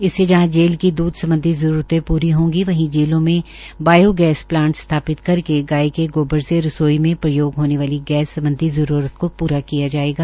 इससे जहां जेल की द्रध सम्बन्धी जरूरतें प्री होंगी वहीं जेलों में बायोगैस प्लांट स्थापित करके गाय के गोबर से रसोई में प्रयोग होने वाली गैस सम्बन्धी जरूरत को पूरा किया जाएगा